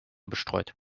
bestreut